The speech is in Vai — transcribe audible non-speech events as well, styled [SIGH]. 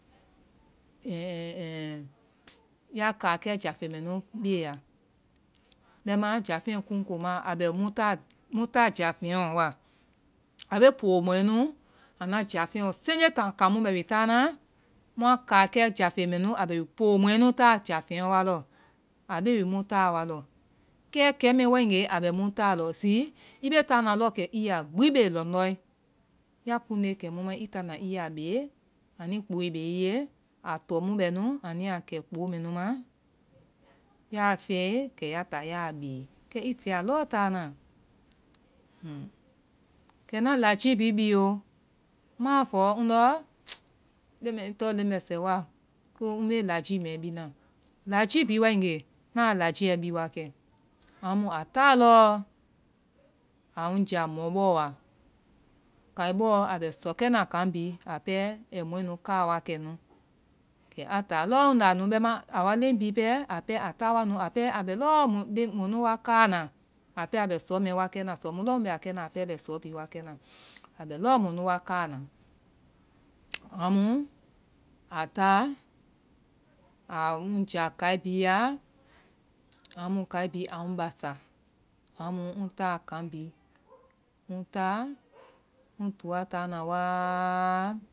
ɛ, ɛ, ɛ, ya kaakɛ jaafeŋ mɛnu be ya. Bɛma jaafeŋ kuŋko ma. A bɛ muta jaafeŋ ɔ wa. A be poomɔɛ nu anu jaafeŋɔ-seŋje taŋ kamu mɛ wi taana, mua kaakɛ jaafeŋ mɛ nu, a bɛ poomɔɛ nu taa jaafeŋ wa lɔ. A be wi muta wa lɔ. Kɛ kɛmɛ wae nge, a bɛ muta lɔ. Zi, ii be kaama lɔ kɛ ii ya gbi be lɔŋdɔe. Ya kuŋne kɛmu mai, ii taana ii ya be anui kpoe be ii ye. A tɔ mu bɛ nu, anu ya kɛ kpo mɛ nu ma. Ya fɛe, kɛ ya taa ya be. Kɛ ii ti lɔ taana. Kɛ na lajii bi bii o. Ma fɔ ndɔ, leŋ mɛ-ii tɔ leŋmɛsɛ wa. [UNINTELLIGIBLE] me lajii mɛ bii na. Lajii bi wae nge, naa lajiiɛ bi wakɛ. Amu a taa lɔ aŋ jia mɔbɔ aa, kai bɔ a bɛ sɔkɛna kaŋ bi. Aa pɛ, ai mɔɛnu kaa wakɛ nu. Kɛ a taa lɔ nda nu. Bɛma a wa leŋ bi pɛ a ta wa nu. Aa pɛ a bɛ lɔ mɔnu wa kaana. Aa pɛ a bɛ sɔ mɛ wa kɛ na. Sɔ mu lɔ mɛ a kɛna. Aa pɛ bɛ sɔ bi wakɛ na. Aa bɛ lɔ mɔnu wa kaa na. Amu aa taa a ŋ jia kai bi ya, amu kai bi aŋ basa. Amu ŋ taa kaŋ bi. Ŋ ta, ŋ toa taana wa